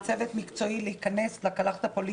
מקזזים את ההלוואה ובעצם המפלגות יכולות